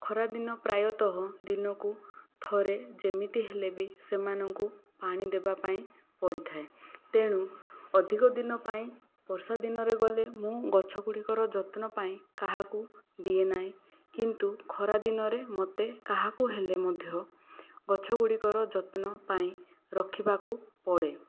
ଖରାଦିନେ ପ୍ରାୟତଃ ଦିନକୁ ଥରେ ଯେମିତି ହେଲେ ବି ସେମାନଙ୍କୁ ପାଣି ଦେବାପାଇଁ ପଡ଼ିଥାଏ ତେଣୁ ଅଧିକା ଦିନ ପାଇଁ ବର୍ଷା ଦିନରେ ଗଲେ ମୁଁ ଗଛ ଗୁଡ଼ିକର ଯତ୍ନ ପାଇଁ କାହାକୁ ଦିଏ ନାହିଁ କିନ୍ତୁ ଖରା ଦିନରେ ମୋତେ କାହାକୁ ହେଲେ ମଧ୍ୟ ଗଛ ଗୁଡ଼ିକର ଯତ୍ନ ପାଇଁ ରଖିବାକୁ ପଡ଼େ